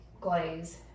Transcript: glaze